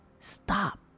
Stop